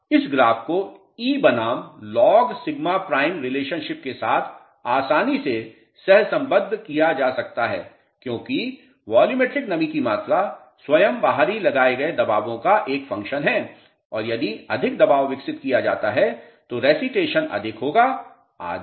अब इस ग्राफ को e बनाम Log सिग्मा प्राइम रिलेशनशिप के साथ आसानी से सहसंबद्ध किया जा सकता है क्योंकि वॉल्यूमेट्रिक नमी की मात्रा स्वयं बाहरी लगाए गए दबावों का एक फ़ंक्शन है और यदि अधिक दबाव विकसित किया जाता है तो रेसिटेशन अधिक होगा आदि